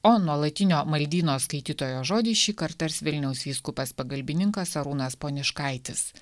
o nuolatinio maldyno skaitytojo žodį šįkart tars vilniaus vyskupas pagalbininkas arūnas poniškaitis